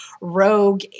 rogue